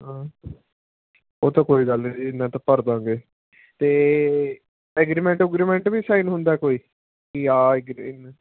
ਹਾਂ ਉਹ ਤਾਂ ਕੋਈ ਗੱਲ ਨਹੀਂ ਜੀ ਇੰਨਾ ਤਾਂ ਭਰ ਦੇਵਾਂਗੇ ਅਤੇ ਐਗਰੀਮੈਂਟ ਉਗਰੀਮੈਂਟ ਵੀ ਸਾਈਨ ਹੁੰਦਾ ਕੋਈ ਜਾਂ ਐਗਰੀਮੈਂ